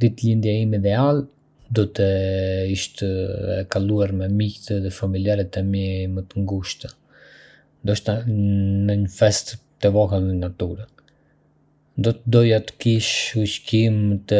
Ditëlindja ime ideale do të ishte e kaluar me miqtë dhe familjarët e mi më të ngushtë, ndoshta në një festë të vogël në natyrë Do të doja të kishte ushqim të